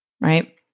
Right